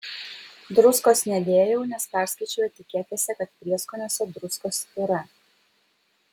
druskos nedėjau nes perskaičiau etiketėse kad prieskoniuose druskos yra